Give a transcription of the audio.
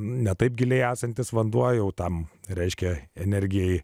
ne taip giliai esantis vanduo jau tam reiškia energijai